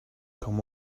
come